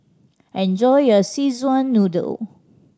enjoy your Szechuan Noodle